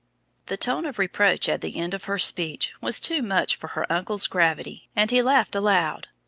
the tone of reproach at the end of her speech was too much for her uncle's gravity, and he laughed aloud.